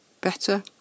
better